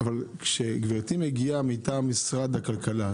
אבל כשגברתי מגיעה מטעם משרד הכלכלה,